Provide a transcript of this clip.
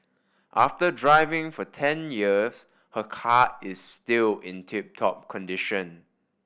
after driving for ten years her car is still in tip top condition